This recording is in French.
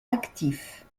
actif